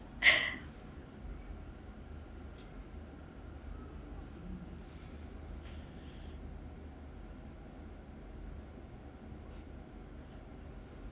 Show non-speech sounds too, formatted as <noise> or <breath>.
<breath>